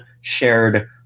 shared